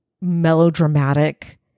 melodramatic